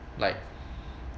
like